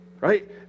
right